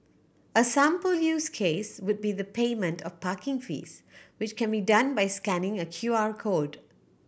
a sample use case would be the payment of parking fees which can be done by scanning a Q R code